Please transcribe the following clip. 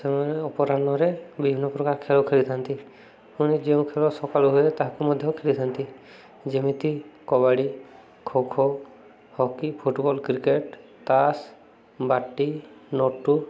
ସେମାନେ ଅପରାହ୍ନରେ ବିଭିନ୍ନ ପ୍ରକାର ଖେଳ ଖେଳିଥାନ୍ତି ପୁଣି ଯେଉଁ ଖେଳ ସକାଳୁ ହୁଏ ତାହାକୁ ମଧ୍ୟ ଖେଳିଥାନ୍ତି ଯେମିତି kabaddi kho kho hockey football cricket ତାସ୍ ବାଟି ନଟୁ